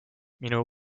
minu